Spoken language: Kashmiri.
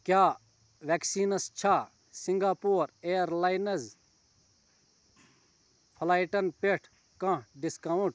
کیٛاہ ویٚکیٖنَس چَھا سِنٛگاپوٗر اِیَر لاینٕز فٕلایٹن پٮ۪ٹھ کانٛہہ ڈسکاونٛٹ